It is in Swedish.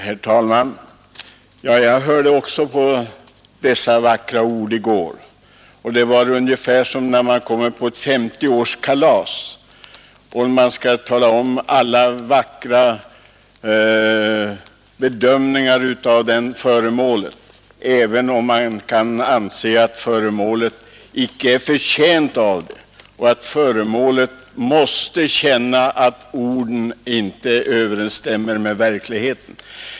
Herr talman! Jag hörde också på dessa vackra ord i går, och det var ungefär som när man kommer på ett S50-årskalas och skall avge smickrande omdömen om föremålet även om man kan anse att vederbörande icke är förtjänt av detta och vet att föremålet måste känna att omdömena inte överensstämmer med verkligheten.